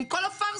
עם כל הפארסה,